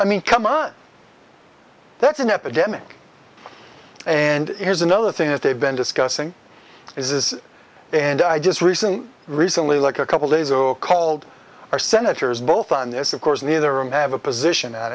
i mean come on that's an epidemic and here's another thing that they've been discussing this is and i just recently recently like a couple days ago called our senators both on this of course neither him have a position at